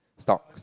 stocks